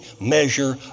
measure